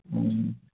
ओम